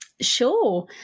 Sure